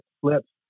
flips